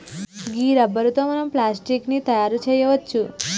గీ రబ్బరు తో మనం ప్లాస్టిక్ ని తయారు చేయవచ్చు